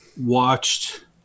watched